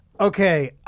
Okay